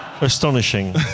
Astonishing